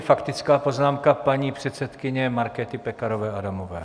Faktická poznámka paní předsedkyně Markéty Pekarové Adamové.